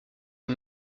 est